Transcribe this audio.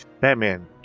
Batman